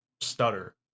stutter